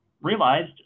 realized